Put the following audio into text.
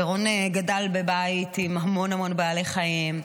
ורון גדל בבית עם המון המון בעלי חיים,